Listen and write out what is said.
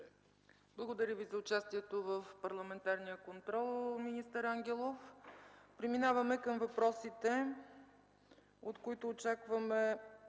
Благодаря Ви за участието в парламентарния контрол, министър Ангелов. Преминаваме към въпросите, за които очакваме